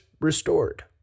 restored